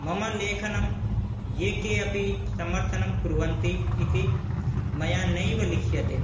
मम लेखनं ये के अपि समर्थनं कुर्वन्ति इति मया नैव लिख्यते